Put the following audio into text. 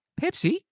Pepsi